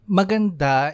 maganda